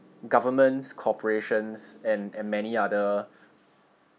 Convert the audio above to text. governments corporations and and many other